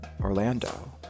Orlando